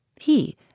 He